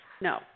No